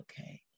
okay